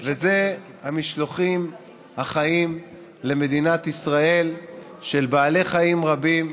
והיא המשלוחים החיים למדינת ישראל של בעלי חיים רבים,